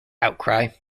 outcry